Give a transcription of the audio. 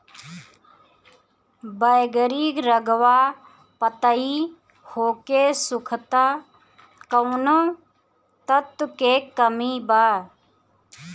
बैगरी रंगवा पतयी होके सुखता कौवने तत्व के कमी बा?